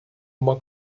uma